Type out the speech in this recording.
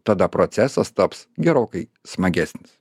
tada procesas taps gerokai smagesnis